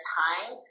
time